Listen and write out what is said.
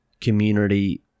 community